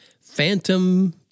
Phantom